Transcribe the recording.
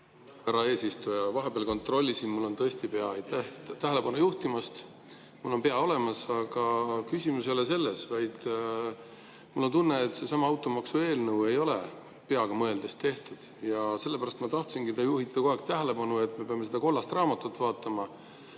Härra eesistuja! Vahepeal kontrollisin, mul on tõesti pea. Aitäh tähelepanu juhtimast! Mul on pea olemas, aga küsimus ei ole selles, vaid mul on tunne, et seesama automaksu eelnõu ei ole peaga mõeldes tehtud. Te juhite kogu aeg tähelepanu, et me peame seda kollast raamatut vaatama.